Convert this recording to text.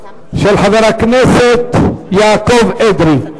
של חבר הכנסת יעקב אדרי.